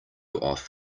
off